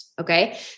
okay